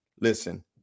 Listen